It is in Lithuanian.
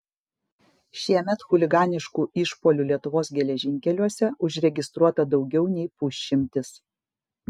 šiemet chuliganiškų išpuolių lietuvos geležinkeliuose užregistruota daugiau nei pusšimtis